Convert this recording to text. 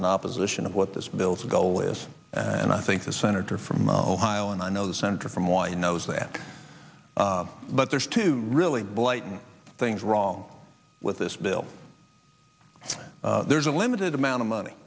in opposition of what this bill's goal is and i think the senator from ohio and i know the senator from wine knows that but there's two really blighting things wrong with this bill there's a limited amount of money